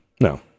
No